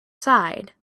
side